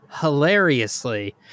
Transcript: hilariously